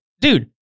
dude